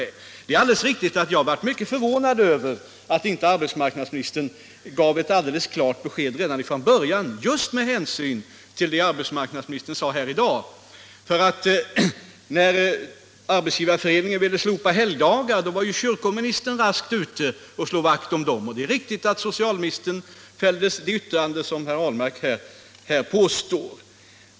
Det är alldeles riktigt att jag blev mycket förvånad över att arbetsmarknadsministern inte gav ett klart besked redan från början just med hänsyn till det han sade här i dag. När Arbetsgivareföreningen ville slopa helgdagar var ju kyrkoministern raskt ute och slog vakt om dem, och socialministern fällde mycket riktigt det yttrande som herr Ahlmark här erinrade om.